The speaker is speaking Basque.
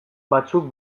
batzuk